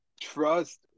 Trust